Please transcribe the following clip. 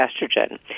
estrogen